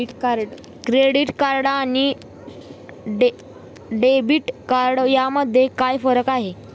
Credit card आणि debit card यामध्ये काय फरक आहे?